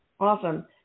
awesome